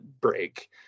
break